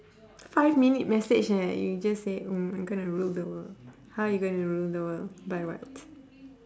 five minute message eh you just say mm I'm gonna rule the world how you gonna rule the world by what